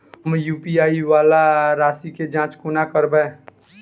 हम यु.पी.आई वला राशि केँ जाँच कोना करबै?